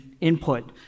input